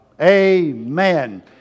Amen